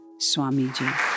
Swamiji